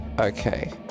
Okay